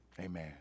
Amen